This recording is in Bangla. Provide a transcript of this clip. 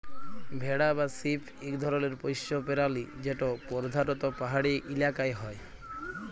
ভেড়া বা শিপ ইক ধরলের পশ্য পেরালি যেট পরধালত পাহাড়ি ইলাকায় হ্যয়